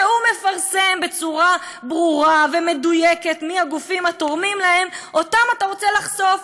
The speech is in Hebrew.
שמפרסם בצורה ברורה ומדויקת מי הגופים התורמים לו אותם אתה רוצה לחשוף.